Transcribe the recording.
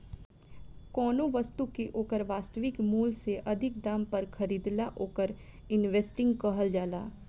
कौनो बस्तु के ओकर वास्तविक मूल से अधिक दाम पर खरीदला ओवर इन्वेस्टिंग कहल जाला